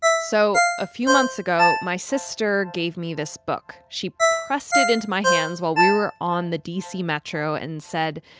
so a few months ago, my sister gave me this book. she pressed it into my hands while we were on the d c. metro and said,